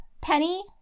Penny